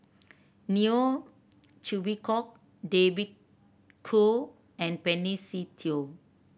Neo Chwee Kok David Kwo and Benny Se Teo